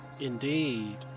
Indeed